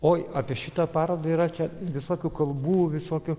oi apie šitą parodą yra čia visokių kalbų visokių